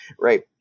right